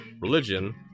religion